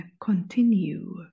continue